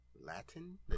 Latin